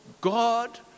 God